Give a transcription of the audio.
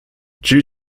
due